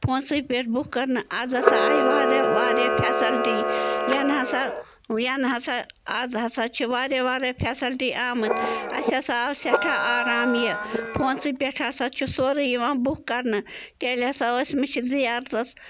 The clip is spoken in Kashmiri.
فونسٕے پٮ۪ٹھ بُک کرنہٕ آز ہسا آیہِ واریاہ واریاہ فیسلٹی ینہٕ ہسا ینہٕ ہسا آز ہسا چھِ واریاہ واریاہ فیسلٹی آمٕژ اَسہِ ہسا آو سٮ۪ٹھاہ آرام یہِ فونسٕے پٮ۪ٹھ ہسا چھُ سورٕے یِوان بُک کرنہٕ تیٚلہِ ہسا ٲسۍ مےٚ چھِ زیارتَس